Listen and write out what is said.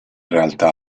realtà